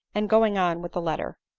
and going on with the letter.